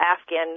Afghan